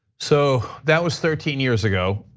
so that was thirteen years ago.